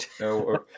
No